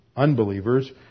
Unbelievers